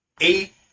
eight